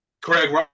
Craig